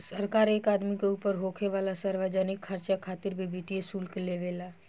सरकार एक आदमी के ऊपर होखे वाला सार्वजनिक खर्चा खातिर भी वित्तीय शुल्क लेवे ला